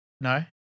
No